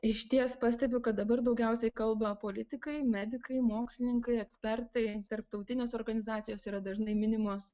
išties pastebiu kad dabar daugiausiai kalba politikai medikai mokslininkai ekspertai tarptautinės organizacijos yra dažnai minimos